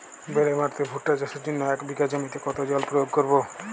বেলে মাটিতে ভুট্টা চাষের জন্য এক বিঘা জমিতে কতো জল প্রয়োগ করব?